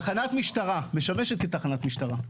תחנת משטרה משמשת כתחנת משטרה,